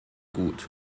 gut